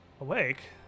awake